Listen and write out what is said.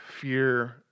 fear